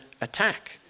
attack